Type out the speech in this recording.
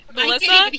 Melissa